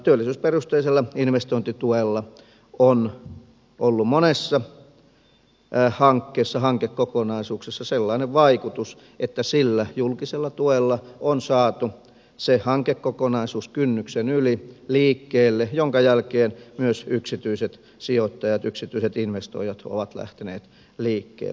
työllisyysperusteisella investointituella on ollut monessa hankkeessa hankekokonaisuudessa sellainen vaikutus että sillä julkisella tuella on saatu se hankekokonaisuus kynnyksen yli liikkeelle minkä jälkeen myös yksityiset sijoittajat yksityiset investoijat ovat lähteneet liikkeelle